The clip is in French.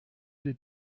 des